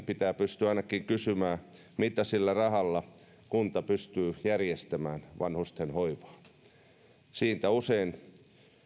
pitää pystyä ainakin kysymään mitä vanhusten hoivaa sillä rahalla kunta pystyy järjestämään siitä usein